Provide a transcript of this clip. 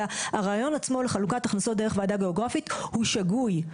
אלא הרעיון עצמו של חלוקת הכנסות דרך ועדה גיאוגרפית הוא שגוי.